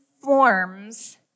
forms